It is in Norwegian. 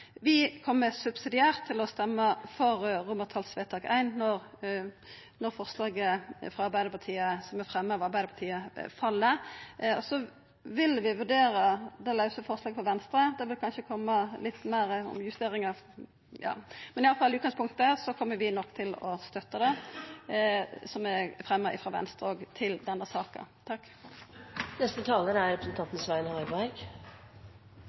Vi kjem subsidiært til å røysta for forslag til vedtak I når forslaget som er fremja av Arbeidarpartiet, fell. Så vil vi vurdera det lause forslaget frå Venstre – det bør kanskje koma litt fleire justeringar. Men iallfall i utgangspunktet kjem vi nok òg til å støtta det som er fremja av Venstre til denne saka. Flere medlemmer fra komiteen har gjentatte ganger møtt dem som arbeider med det